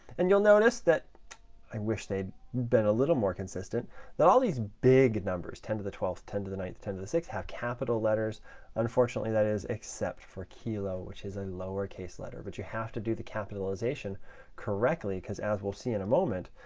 and you'll notice that i wish they'd been a little more consistent that all these big numbers, ten to the twelfth, ten to the ninth, ten to the sixth, have capital letters unfortunately, that is, except for kilo, which is a lowercase letter. but you have to do the capitalization correctly because as we'll see in a moment,